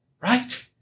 Right